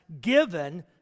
given